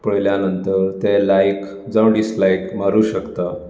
पळयल्या नंतर तें लायक जावं डिसलायक मारूंक शकतात